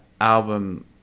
album